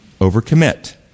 Overcommit